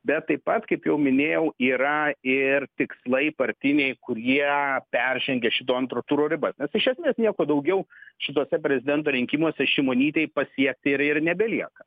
bet taip pat kaip jau minėjau yra ir tikslai partiniai kurie peržengia šito antro turo ribas nes iš esmės nieko daugiau šituose prezidento rinkimuose šimonytei pasiekti ir ir nebelieka